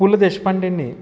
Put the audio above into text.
Pu La देशपांडेंनी